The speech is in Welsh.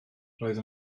roedd